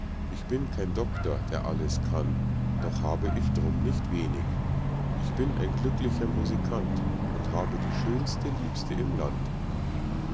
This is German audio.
ich bin kein doktor der alles kann doch habe ich drum nicht wenig ich bin ein glücklicher musikant und habe die schönste liebste im land